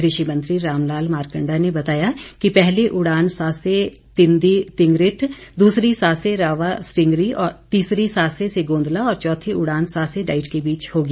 कृषि मंत्री राम लाल मारकंडा ने बताया कि पहली उड़ान सासे तिंदी तिंगरिट दूसरी सासे रावा सटींगरी तीसरी सासे से गोंदला और चौथी उड़ान सासे डाईट के बीच होगी